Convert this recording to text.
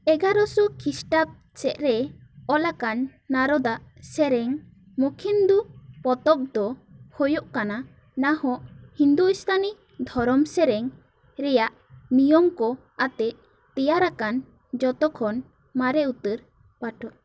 ᱮᱜᱟᱨᱚᱥᱚ ᱠᱷᱤᱥᱴᱟᱵ ᱥᱮᱫ ᱨᱮ ᱚᱞᱟᱠᱟᱱ ᱱᱟᱨᱚᱫᱟᱜ ᱥᱮᱨᱮᱧ ᱢᱚᱠᱷᱤᱱᱫᱚ ᱯᱚᱛᱚᱵ ᱫᱚ ᱦᱩᱭᱩᱜ ᱠᱟᱱᱟ ᱱᱟᱦᱚ ᱦᱤᱱᱫᱩᱥᱛᱟᱱᱤ ᱫᱷᱚᱨᱚᱢ ᱥᱮᱨᱮᱧ ᱨᱮᱭᱟᱜ ᱱᱤᱭᱚᱢ ᱠᱚ ᱟᱛᱮᱜ ᱛᱮᱭᱟᱨᱟᱠᱟᱱ ᱡᱚᱛᱚ ᱠᱷᱚᱱ ᱢᱟᱨᱮ ᱩᱛᱟᱹᱨ ᱯᱟᱴᱷᱚ